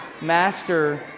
master